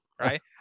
right